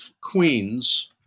Queens